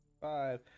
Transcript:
Five